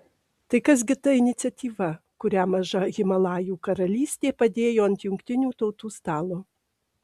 tai kas gi ta iniciatyva kurią maža himalajų karalystė padėjo ant jungtinių tautų stalo